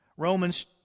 Romans